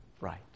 right